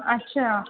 अच्छा